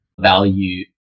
value